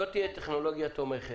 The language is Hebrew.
לטכוגרף לא תהיה טכנולוגיה תומכת,